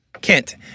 Kent